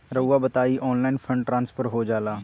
रहुआ बताइए online fund transfer हो जाला?